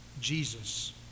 Jesus